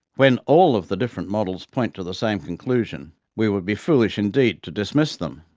when all of the different models point to the same conclusion, we would be foolish indeed to dismiss them.